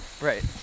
Right